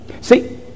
See